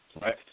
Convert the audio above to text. right